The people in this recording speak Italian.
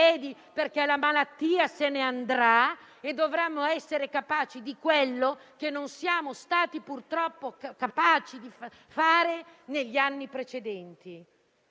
perché la malattia se ne andrà e dovremo essere capaci di fare quello che non siamo stati purtroppo capaci di fare negli anni precedenti.